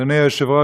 אדוני היושב-ראש,